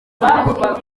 akora